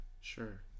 sure